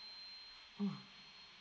mm